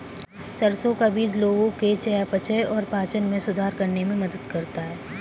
सरसों का बीज लोगों के चयापचय और पाचन में सुधार करने में मदद करता है